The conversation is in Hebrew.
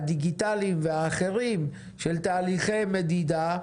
הדיגיטליים והאחרים של תהליכי מדידה,